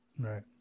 Right